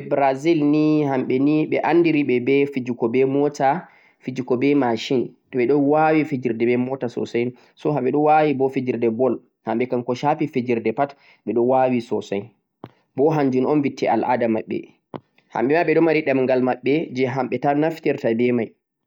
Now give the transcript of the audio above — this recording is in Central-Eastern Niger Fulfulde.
Al-ada himɓe Brazil ni ɓe andiri ɓe be fijugo be mota, fijugo be mashin, ɓe ɗo wawi fijugo be mota sosai, so ɓe ɗo wawi bo fijirde ball. Hamɓe kam ko shafi fijirde pat ɓe ɗo wawi sosai, bo hanjum on lutti al-ada maɓɓe. Hamɓe ɓe ɗo mari ɗemgal maɓɓe je hamɓe tan naftirta be mai.